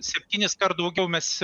septyniskart daugiau mes